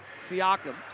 Siakam